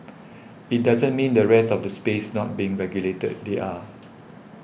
it doesn't mean the rest of the space not being regulated they are